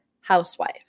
Housewife